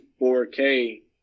4k